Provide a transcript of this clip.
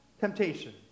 temptation